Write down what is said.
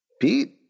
Pete